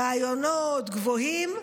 רעיונות גבוהים,